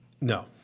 No